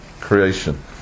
creation